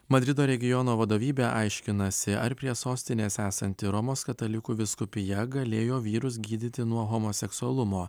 madrido regiono vadovybė aiškinasi ar prie sostinės esanti romos katalikų vyskupija galėjo vyrus gydyti nuo homoseksualumo